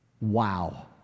wow